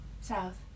South